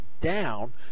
down